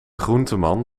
groenteman